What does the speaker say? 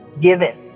given